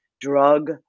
drug